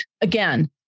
again